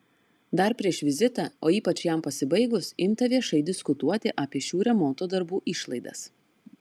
dar prieš vizitą o ypač jam pasibaigus imta viešai diskutuoti apie šių remonto darbų išlaidas